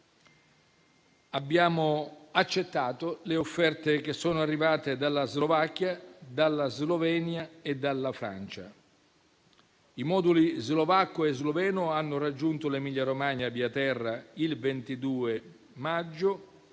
abbiamo accettato le offerte che sono arrivate dalla Slovacchia, dalla Slovenia e dalla Francia. I moduli slovacco e sloveno hanno raggiunto l'Emilia-Romagna via terra il 22 maggio